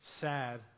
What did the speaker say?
sad